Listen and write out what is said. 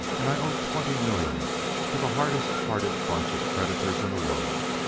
and i owe twenty million to the hardest-hearted bunch of creditors in the world.